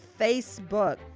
Facebook